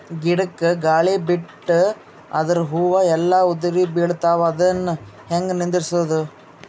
ಗಿಡಕ, ಗಾಳಿ ಬಿಟ್ಟು ಅದರ ಹೂವ ಎಲ್ಲಾ ಉದುರಿಬೀಳತಾವ, ಅದನ್ ಹೆಂಗ ನಿಂದರಸದು?